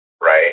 right